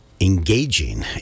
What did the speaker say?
engaging